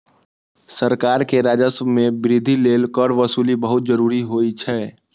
सरकार के राजस्व मे वृद्धि लेल कर वसूली बहुत जरूरी होइ छै